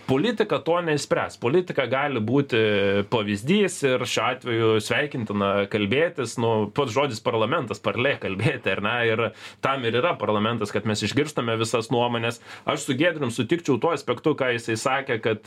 politika to neišspręs politika gali būti pavyzdys ir šiuo atveju sveikintina kalbėtis nu pats žodis parlamentas parlė kalbėti ar ne ir tam ir yra parlamentas kad mes išgirstame visas nuomones aš su giedrium sutikčiau tuo aspektu ką jisai sakė kad